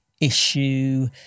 issue